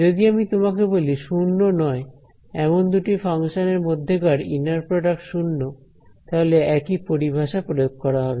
যদি আমি তোমাকে বলি 0 নয় এমন দুটি ফাংশন এর মধ্যে কার ইনার প্রডাক্ট 0 তাহলে একই পরিভাষা প্রয়োগ করা হবে